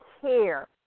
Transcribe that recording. care